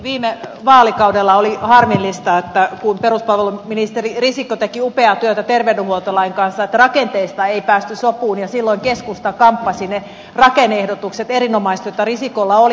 viime vaalikaudella kun peruspalveluministeri risikko teki upeaa työtä terveydenhuoltolain kanssa oli harmillista että rakenteista ei päästy sopuun ja silloin keskusta kamppasi ne erinomaiset rakenne ehdotukset jotka risikolla oli